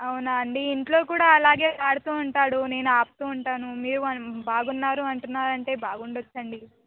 అవునా అండి ఇంట్లో కూడా అలాగే పాడుతూ ఉంటాడు నేను ఆపుతు ఉంటాను మీరు వాడిని బాగున్నారు అంటున్నారు అంటే బాగుండవచ్చు అండి